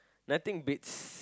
nothing beats